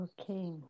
Okay